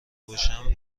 باشم